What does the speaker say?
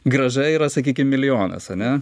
grąža yra sakykim milijonas ane